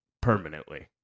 permanently